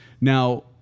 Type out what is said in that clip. Now